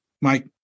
Mike